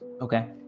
Okay